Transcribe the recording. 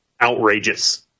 outrageous